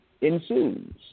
ensues